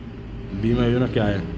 बीमा योजना क्या है?